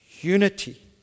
unity